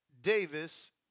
Davis